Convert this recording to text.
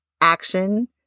action